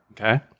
Okay